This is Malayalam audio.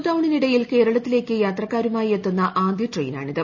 ലോക്ക് ഡൌണിനിടയിൽ കേരളത്തിലേക്ക് യാത്രക്കാരുമായി എത്തുന്ന ആദ്യ ട്രെയിനാണിത്